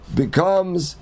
becomes